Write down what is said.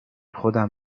خودم